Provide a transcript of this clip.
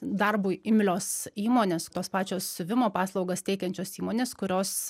darbui imlios įmonės tos pačios siuvimo paslaugas teikiančios įmonės kurios